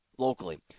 Locally